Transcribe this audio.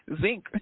zinc